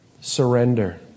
surrender